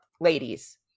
ladies